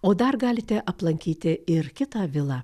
o dar galite aplankyti ir kitą vilą